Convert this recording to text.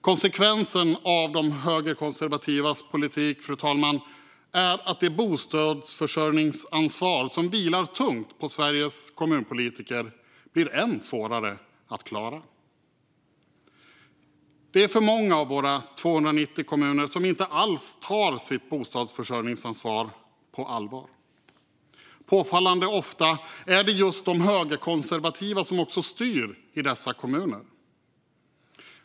Konsekvensen av de högerkonservativas politik är att det bostadsförsörjningsansvar som vilar tungt på Sveriges kommunpolitiker blir än svårare att klara. Det är för många av våra 290 kommuner som inte alls tar sitt bostadsförsörjningsansvar på allvar. Påfallande ofta är det just de högerkonservativa som också styr i dessa kommuner.